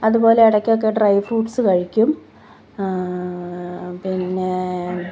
അത്പോലെ ഇടയ്ക്കൊക്കെ dry fruits കഴിക്കും പിന്നേ